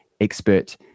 expert